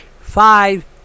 Five